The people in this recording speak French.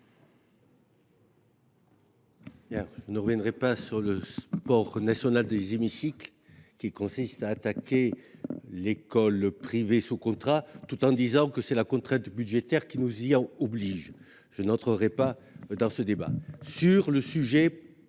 Je ne reviendrai pas sur le sport préféré dans les hémicycles : attaquer l’école privée sous contrat, tout en disant que c’est la contrainte budgétaire qui nous y oblige ; je n’entrerai pas dans ce débat. Sur la question